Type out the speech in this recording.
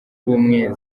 ubumwe